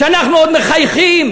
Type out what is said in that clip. שאנחנו עוד מחייכים.